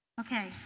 Okay